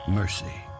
mercy